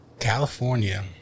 California